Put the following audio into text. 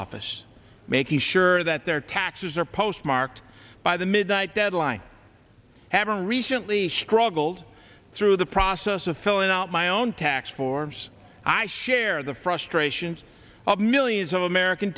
office making sure that their taxes are postmarked by the midnight deadline after recently struggled through the process of filling out my own tax forms i share the frustrations of millions of american